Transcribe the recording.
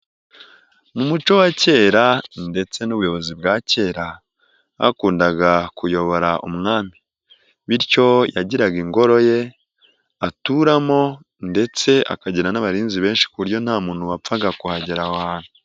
Mu muco wa kera ndetse n'ubuyobozi bwa kera hakundaga kuyobora umwami; bityo yagiraga ingoro ye aturamo ndetse akagira n'abarinzi benshi ku buryo nta muntu wapfaga kuhagera aho hantu.